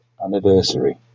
anniversary